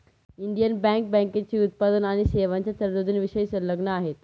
Indian bank बँकेची उत्पादन आणि सेवांच्या तरतुदींशी संलग्न आहे